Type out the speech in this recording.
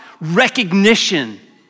recognition